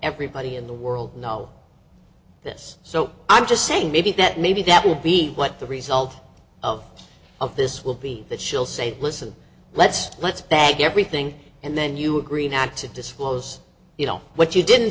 everybody in the world know this so i'm just saying maybe that maybe that will be what the result of of this will be that she'll say listen let's just let's bag everything and then you agree not to disclose what you didn't